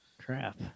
Crap